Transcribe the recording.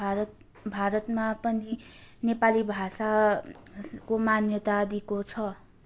भारत भारतमा पनि नेपाली भाषाको मान्यता दिएको छ